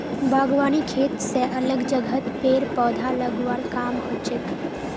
बागवानी खेत स अलग जगहत पेड़ पौधा लगव्वार काम हछेक